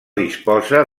disposa